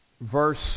Verse